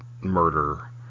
murder